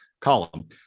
column